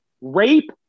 Rape